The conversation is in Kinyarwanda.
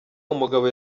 umugabo